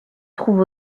trouve